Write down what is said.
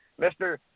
Mr